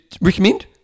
recommend